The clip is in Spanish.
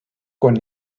con